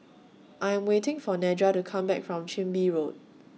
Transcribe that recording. I Am waiting For Nedra to Come Back from Chin Bee Road